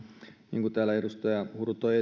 niin kuin täällä edustaja huru